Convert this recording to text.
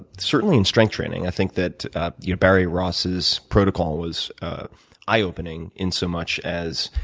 certainly in strength training. i think that barry ross's protocol was eye-opening in so much as,